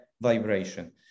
vibration